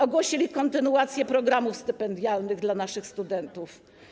Ogłosili kontynuację programów stypendialnych dla naszych studentów.